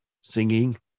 singing